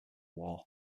war